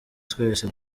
twese